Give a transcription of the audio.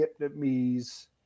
Vietnamese